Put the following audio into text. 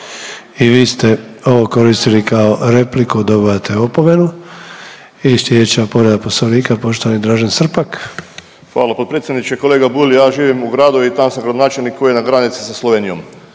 I vi ste ovo koristili kao repliku, dobivate opomenu. I sljedeća povreda Poslovnika poštovani Dražen Srpak. **Srpak, Dražen (HDZ)** Hvala potpredsjedniče. Kolega Bulj, ja živim u gradu i tam sam gradonačelnik koji je na granici sa Slovenijom.